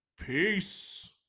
peace